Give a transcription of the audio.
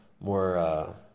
more